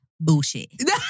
Bullshit